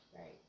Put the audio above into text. Right